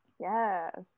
Yes